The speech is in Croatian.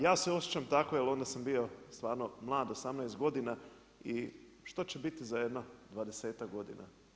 Ja se osjećam tako, jer onda sam bio stvarno mlad, 18 godina i što će biti za jedno dvadesetak godina?